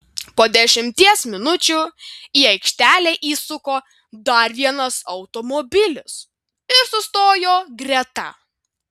po dešimties minučių į aikštelę įsuko dar vienas automobilis ir sustojo greta